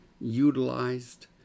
utilized